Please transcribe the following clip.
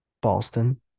Boston